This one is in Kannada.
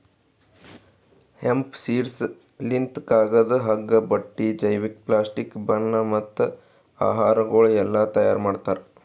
ಹೆಂಪ್ ಸೀಡ್ಸ್ ಲಿಂತ್ ಕಾಗದ, ಹಗ್ಗ, ಬಟ್ಟಿ, ಜೈವಿಕ, ಪ್ಲಾಸ್ಟಿಕ್, ಬಣ್ಣ ಮತ್ತ ಆಹಾರಗೊಳ್ ಎಲ್ಲಾ ತೈಯಾರ್ ಮಾಡ್ತಾರ್